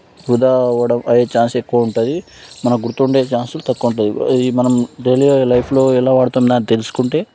వృధా అవ్వడం అవే ఛాన్స్ ఎక్కువ ఉంటాయి మనకు గుర్తుండే ఛాన్సులు తక్కువ ఉంటాయి అది మనం డైలీ లైఫ్లో ఎలా వాడుతున్నామో తెలుసుకుంటే